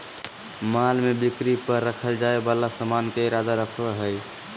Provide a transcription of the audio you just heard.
माल में बिक्री पर रखल जाय वाला सामान के इरादा रखो हइ